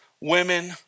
women